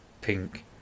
pink